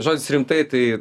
žodis rimtai tai